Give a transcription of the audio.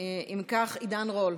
אם כך, עידן רול.